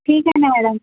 ठीक आहे ना मॅडम